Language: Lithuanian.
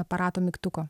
aparato mygtuko